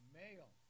male